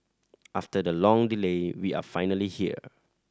after the long delay we are finally here